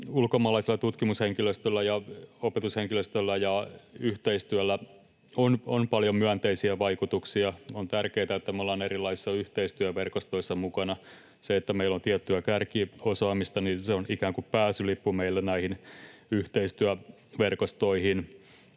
ulkomaalaisilla, tutkimushenkilöstöllä ja opetushenkilöstöllä ja yhteistyöllä, on paljon myönteisiä vaikutuksia. On tärkeätä, että me ollaan erilaisissa yhteistyöverkostoissa mukana. Se, että meillä on tiettyä kärkiosaamista, on ikään kuin pääsylippu meille näihin yhteistyöverkostoihin.